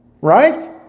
Right